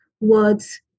words